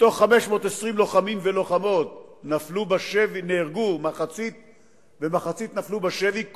מתוך 520 לוחמים ולוחמות מחצית נהרגו ומחצית נפלו בשבי,